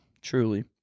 truly